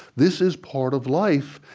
this is part of life,